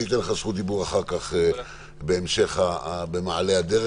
אתן לך זכות דיבור אחר כך בהמשך במעלה הדרך.